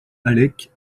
alec